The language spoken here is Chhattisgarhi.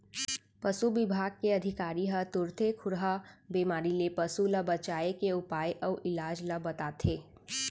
पसु बिभाग के अधिकारी ह तुरते खुरहा बेमारी ले पसु ल बचाए के उपाय अउ इलाज ल बताथें